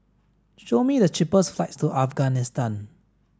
show me the cheapest flights to Afghanistan